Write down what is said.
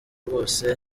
bose